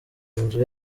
nzu